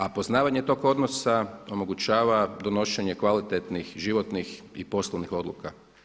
A poznavanje tog odnosa omogućava donošenje kvalitetnih životnih i poslovnih odluka.